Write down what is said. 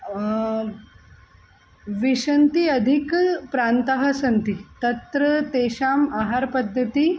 विषन्ति अधिकप्रान्ताः सन्ति तत्र तेषाम् आहारपद्धतिः